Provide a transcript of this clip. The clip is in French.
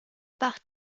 par